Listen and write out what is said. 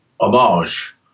homage